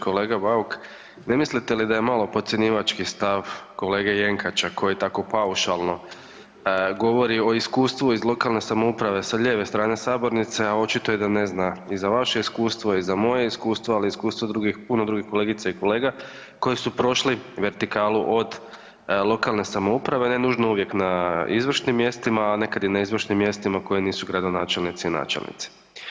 Kolega Bauk ne mislite li da je malo podcjenjivački stav kolege Jenkača koji tako paušalno govori o iskustvu iz lokalne samouprave sa lijeve strane sabornice, a očito je da ne zna i za vaše iskustvo i za moje iskustvo ali i iskustvo puno drugih kolegica i kolega koji su prošli vertikalu od lokalne samouprave, ne nužno uvijek na izvršnim mjestima, a nekad i na izvršnim mjestima koja nisu gradonačelnici i načelnici.